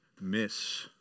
miss